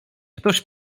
ktoś